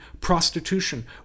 prostitution